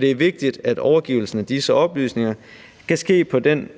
det er vigtigt, at overgivelsen af disse oplysninger sker på den